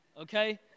okay